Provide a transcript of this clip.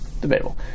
debatable